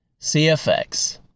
CFX